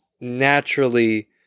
naturally